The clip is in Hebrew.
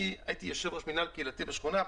יושב-ראש מינהל קהילתי בשכונה,